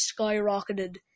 skyrocketed